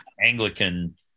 Anglican